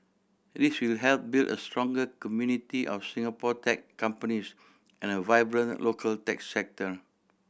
this will help build a stronger community of Singapore tech companies and a vibrant local tech sector